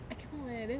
I cannot leh then